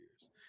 years